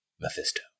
Mephisto